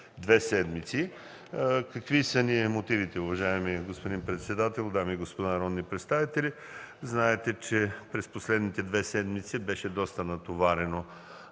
две седмици.” Какви са мотивите ни, уважаеми господин председател, дами и господа народни представители! Знаете, че през последните две седмици беше доста натоварен